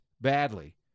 badly